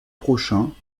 prochains